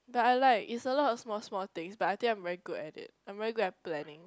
but I like it's a lot of small small things but I think I'm very good at it I'm very good at planning